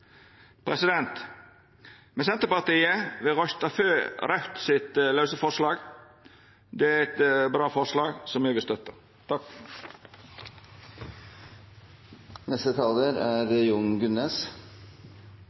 Senterpartiet vil røysta for Raudts forslag, forslag nr. 3. Det er eit bra forslag, som me vil